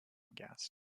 gas